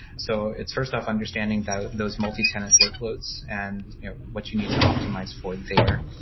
so it's, first off, understanding that those multitenant workloads and what you need to optimize for there.